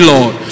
Lord